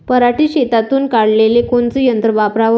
पराटी शेतातुन काढाले कोनचं यंत्र वापराव?